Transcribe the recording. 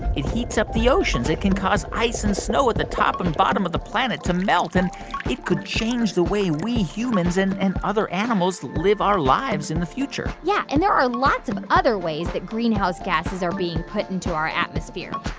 it heats up the oceans. it can cause ice and snow at the top and bottom of the planet to melt. and it could change the way we humans and and other animals live our lives in the future yeah, and there are lots of other ways that greenhouse gases are being put into our atmosphere,